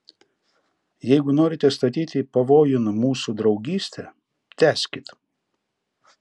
jeigu norite statyti pavojun mūsų draugystę tęskit